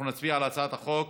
אנחנו נצביע על הצעת החוק,